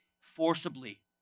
forcibly